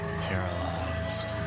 Paralyzed